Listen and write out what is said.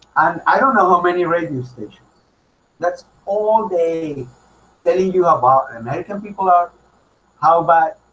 and i don't know how many radio stations that's all day telling you about american people are how bad.